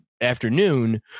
afternoon